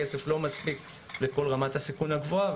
הכסף לא מספיק לכל רמת הסיכון הגבוהה.